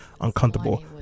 uncomfortable